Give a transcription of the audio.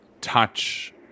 touch